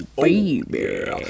baby